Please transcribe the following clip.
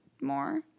more